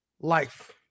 Life